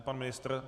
Pan ministr?